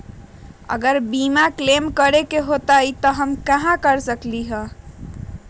अगर बीमा क्लेम करे के होई त हम कहा कर सकेली?